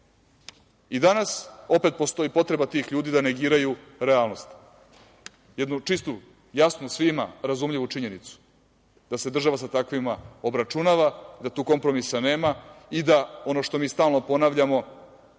kakvom. Danas opet postoji potreba tih ljudi da negiraju realnost, jednu čistu, jasnu, svima razumljivu činjenicu, da se država sa takvima obračunava, da tu kompromisa nema, i da ono što mi stalno ponavljamo,